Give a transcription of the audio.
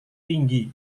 tinggi